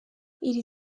iri